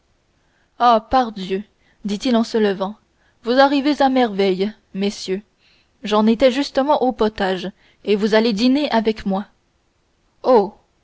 ah pardieu dit-il en se levant vous arrivez à merveille messieurs j'en étais justement au potage et vous allez dîner avec moi